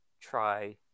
try